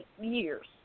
years